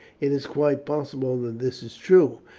it is quite possible that this is true,